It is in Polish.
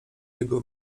jego